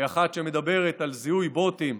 ואחת שמדברת על זיהוי בוטים,